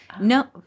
no